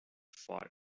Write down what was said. fight